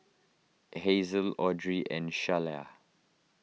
Hazle Audry and Sheyla